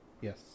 Yes